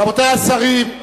רבותי השרים,